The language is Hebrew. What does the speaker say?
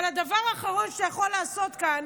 אבל הדבר האחרון שאתה יכול לעשות כאן